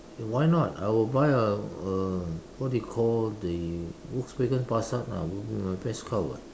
why not I will buy a a what do you call the Volkswagen Passat lah it would be my best car [what]